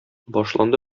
башланды